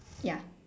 ya